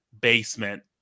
basement